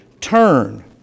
Turn